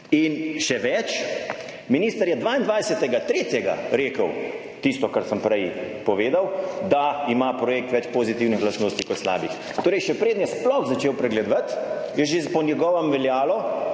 In še več, minister je 22. 3. rekel, tisto kar sem prej povedal, da ima projekt več pozitivnih lastnosti kot slabih. Torej, še preden je sploh začel pregledovati, je že po njegovem veljalo,